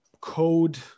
code